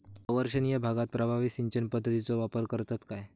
अवर्षणिय भागात प्रभावी सिंचन पद्धतीचो वापर करतत काय?